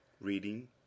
reading